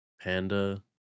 Panda